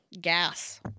gas